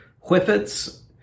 Whippets